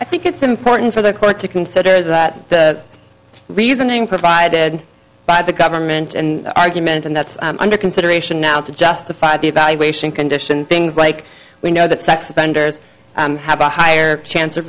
i think it's important for the court to consider that the reasoning provided by the government and argument and that's under consideration now to justify the evaluation condition things like we know that sex offenders have a higher chance of